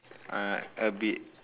uh a bit